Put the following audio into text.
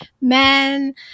men